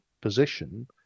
position